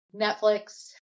Netflix